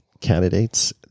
candidates